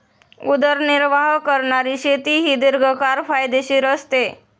उदरनिर्वाह करणारी शेती ही दीर्घकाळ फायदेशीर असते